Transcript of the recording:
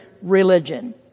religion